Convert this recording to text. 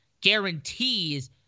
guarantees